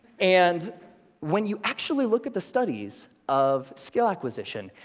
and when you actually look at the studies of skill acquisition,